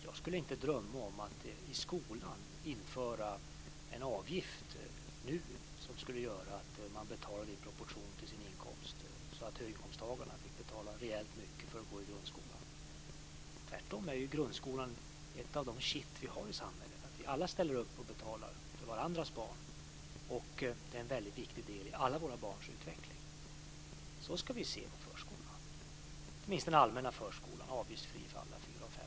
Jag skulle inte drömma om att i skolan nu införa en avgift som skulle göra att man betalade i proportion till sin inkomst så att höginkomsttagarna fick betala rejält mycket för att gå i grundskolan. Tvärtom är grundskolan en del av det kitt som vi har i samhället. Alla ställer upp och betalar för varandras barn, och skolan är en viktig del i alla våra barns utveckling. Så ska vi också se på förskolan, inte minst den allmänna förskolan som är avgiftsfri för alla fyra och femåringar.